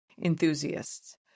enthusiasts